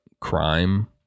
crime